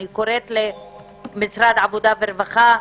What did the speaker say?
אני קוראת למשרד העבדה והרווחה,